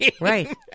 Right